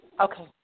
Okay